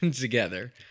together